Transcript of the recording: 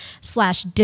slash